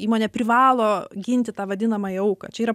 įmonė privalo ginti tą vadinamąją auką čia yra